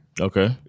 Okay